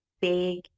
big